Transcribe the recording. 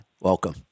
welcome